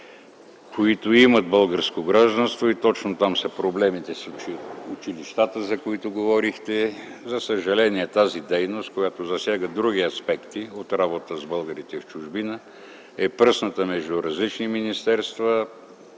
които имат българско гражданство, и точно там са проблемите с училищата, за които говорихте. За съжаление тази дейност, която засяга други аспекти от работата с българите в чужбина, е пръсната в различни министерства